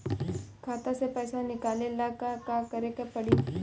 खाता से पैसा निकाले ला का का करे के पड़ी?